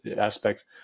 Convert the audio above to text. aspects